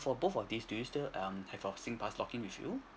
for both of these do you still um have your singpass login with you